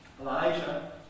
Elijah